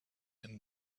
and